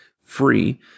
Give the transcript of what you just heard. free